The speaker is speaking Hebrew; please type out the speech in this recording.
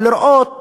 ולראות